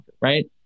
right